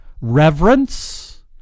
reverence